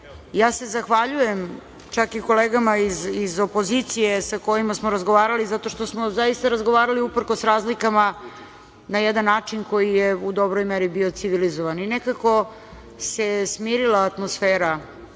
domu. Zahvaljujem se čak i kolegama iz opozicije sa kojima smo razgovarali zato što smo zaista razgovarali uprkos razlikama na jedan način koji je u dobroj meri bio civilizovan. Nekako se smirila atmosfera